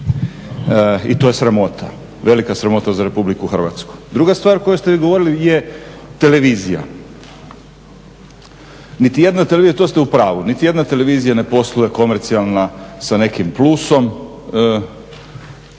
i to je sramota, velika sramota za RH. Druga stvar koju ste vi govorili je televizija. Niti jedna televizija ne posluje komercijalna sa nekim plusom,